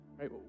right